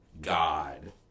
God